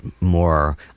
more